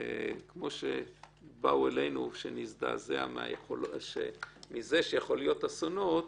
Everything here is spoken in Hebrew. כמו שבאו אלינו מזה שיכולים להיות אסונות,